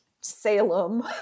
Salem